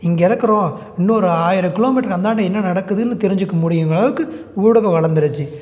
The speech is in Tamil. இங்கருக்குறோம் இன்னொரு ஆயிரம் கிலோமீட்ருக்கு அந்தாண்டை என்ன நடக்குதுன்னு தெரிஞ்சுக்க முடியும்கிற அளவுக்கு ஊடகம் வளந்துருச்சு